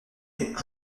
est